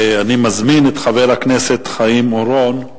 אני מזמין את חבר הכנסת חיים אורון.